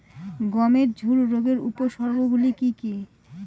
গমের ঝুল রোগের উপসর্গগুলি কী কী?